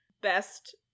best